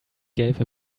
gave